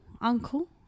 uncle